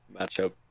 matchup